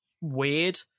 weird